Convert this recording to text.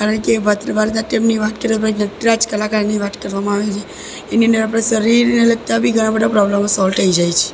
કારણ કે ભરતનાટ્યમની વાત કરીએ તો નટરાજ કલાકારની વાત કરવામાં આવે છે એની અંદર શરીરને લગતા બી ઘણા બધા પ્રૉબ્લેમો પણ સોલ્વ થઈ જાય છે